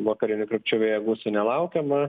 vakarinių krypčių vėjo gūsių nelaukiama